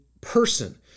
person